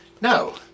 No